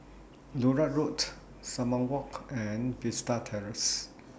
Larut Road Sumang Walk and Vista Terrace